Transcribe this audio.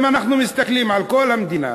אם אנחנו מסתכלים על כל המדינה,